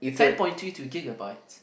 ten point two two gigabits